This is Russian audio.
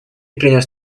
принес